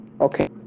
Okay